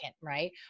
right